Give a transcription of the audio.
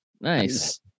nice